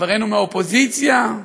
חברינו מהאופוזיציה,